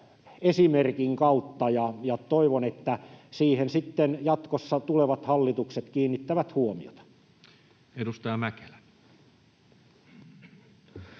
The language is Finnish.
esimerkin kautta ja toivon, että siihen sitten jatkossa tulevat hallitukset kiinnittävät huomiota. [Speech